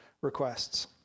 requests